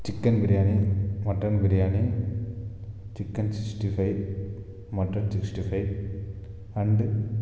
chicken biriyani mutton biriyani chicken sixty five mutton sixty five and